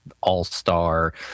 all-star